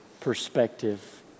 perspective